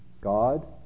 God